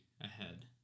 ahead